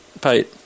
pete